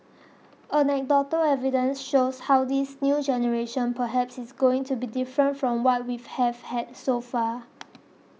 anecdotal evidence shows how this new generation perhaps is going to be different from what we have had so far